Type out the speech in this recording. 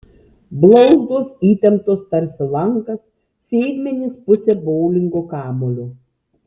blauzdos įtemptos tarsi lankas sėdmenys pusė boulingo kamuolio